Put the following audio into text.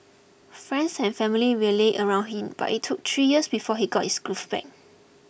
friends and family rallied around him but it took three years before he got his groove back